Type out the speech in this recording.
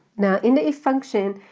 now in the if function,